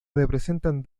representan